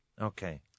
Okay